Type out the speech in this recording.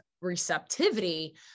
receptivity